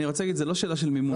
זו לא שאלה של מימון,